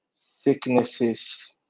sicknesses